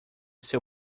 seu